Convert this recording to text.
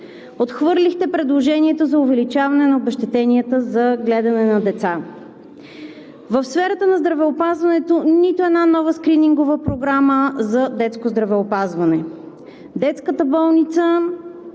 отхвърлихте предложението за увеличаване на обезщетенията за гледане на деца. В сферата на здравеопазването нито една нова скринингова програма за детско здравеопазване. Детската болница